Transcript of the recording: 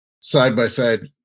side-by-side